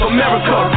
America